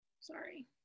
Sorry